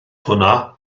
hwnna